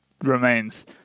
remains